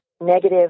negative